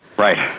right,